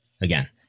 again